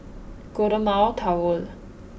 Golden Mile Tower